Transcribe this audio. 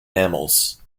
mammals